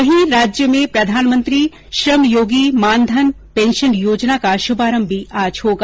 वहीं राज्य में प्रधानमंत्री श्रम योगी मानधन पेंशन योजना का श्भारंभ भी आज होगा